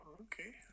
okay